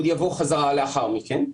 עוד יבוא חזרה לאחר מכן.